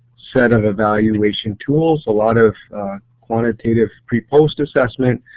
set of evaluation tools a lot of quantitative pre post assessment,